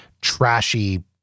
trashy